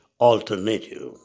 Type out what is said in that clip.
alternative